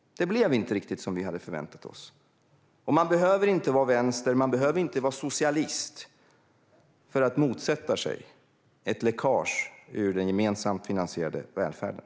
Det blev inte riktigt som vi hade förväntat oss. Man behöver inte vara vänster, och man behöver inte vara socialist för att motsätta sig ett läckage ur den gemensamt finansierade välfärden.